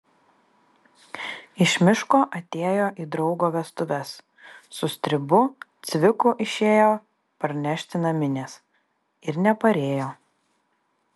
iš miško atėjo į draugo vestuves su stribu cviku išėjo parnešti naminės ir neparėjo